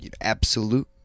absolute